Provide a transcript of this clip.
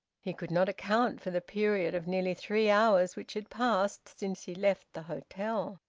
he could not account for the period of nearly three hours which had passed since he left the hotel.